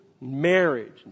marriage